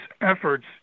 efforts